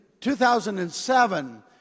2007